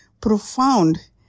profound